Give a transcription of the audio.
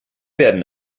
werden